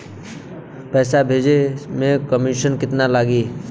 पैसा भेजे में कमिशन केतना लागि?